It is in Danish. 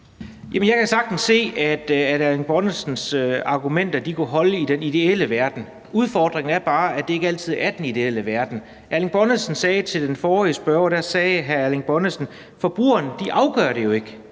jeg kan sagtens se, at Erling Bonnesens argumenter kunne holde i den ideelle verden. Udfordringen er bare, at det ikke altid er den ideelle verden. Erling Bonnesen sagde til den forrige spørger noget med, at forbrugerne afgør det. Men